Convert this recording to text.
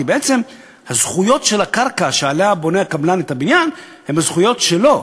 כי הזכויות בקרקע שעליה בונה הקבלן את הבניין הן הזכויות שלו,